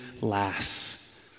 lasts